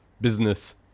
business